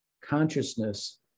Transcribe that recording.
consciousness